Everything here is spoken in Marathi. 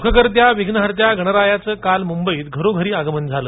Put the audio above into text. सुखकर्त्या विघ्नहर्त्या गणरायाचे काल मूंबईत घरोघरी आगमन झाले